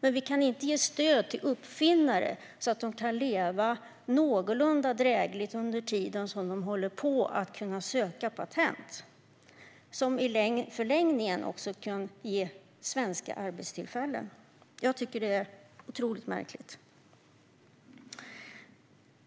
men inte ge stöd till uppfinnare så att de kan leva någorlunda drägligt under den tid de håller på och söker patent, vilka i förlängningen kan ge svenska arbetstillfällen. Jag tycker att detta är otroligt märkligt.